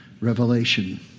revelation